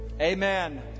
Amen